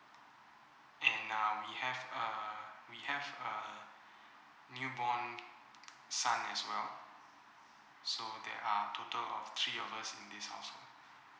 and uh we have a we have a newborn son as well so there are total of three of us in this house